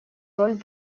роль